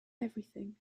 everything